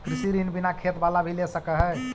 कृषि ऋण बिना खेत बाला भी ले सक है?